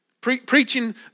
preaching